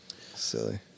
Silly